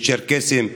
צ'רקסים ודרוזים,